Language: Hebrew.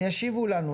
הם ישיבו לנו.